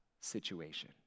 situation